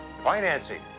Financing